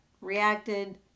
reacted